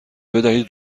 بدهید